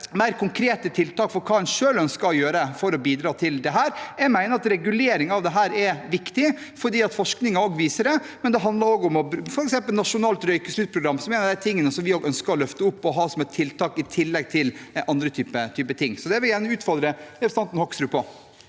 mer konkrete tiltak for hva en selv ønsker å gjøre for å bidra til dette. Jeg mener at regulering av dette er viktig, også fordi forskningen viser det, men det handler også bl.a. om et nasjonalt røykesluttprogram, som er en av de tingene vi ønsker å løfte fram og ha som et tiltak i tillegg til andre typer ting. Så det vil jeg gjerne utfordre representanten Hoksrud på.